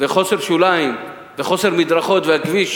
וחוסר שוליים, וחוסר מדרכות, והכביש